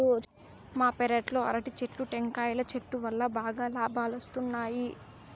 మా పెరట్లో అరటి చెట్లు, టెంకాయల చెట్టు వల్లా బాగా లాబాలొస్తున్నాయి